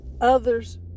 Others